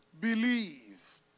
believe